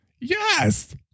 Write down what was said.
Yes